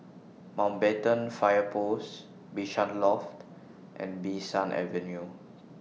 Mountbatten Fire Post Bishan Loft and Bee San Avenue